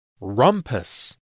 Rumpus